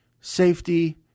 safety